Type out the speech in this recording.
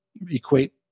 equate